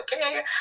okay